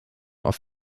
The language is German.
auf